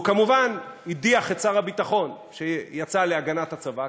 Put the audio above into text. והוא כמובן הדיח את שר הביטחון, שיצא להגנת הצבא.